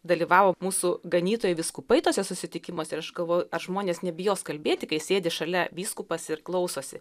dalyvavo mūsų ganytojai vyskupai tuose susitikimuose ir aš galvojau ar žmonės nebijos kalbėti kai sėdi šalia vyskupas ir klausosi